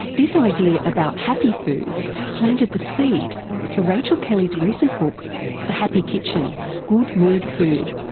this idea about happy foods planted the seed for rachel kelly's recent book the happy kitchen good mood food.